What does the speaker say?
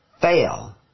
fail